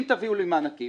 אם תתנו לי מענקים